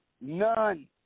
None